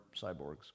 cyborgs